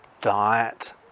diet